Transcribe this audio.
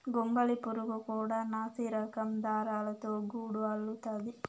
గొంగళి పురుగు కూడా నాసిరకం దారాలతో గూడు అల్లుతాది